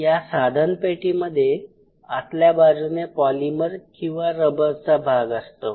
या साधनपेटीमध्ये आतल्या बाजूने पोलिमर किंवा रबर चा भाग असतो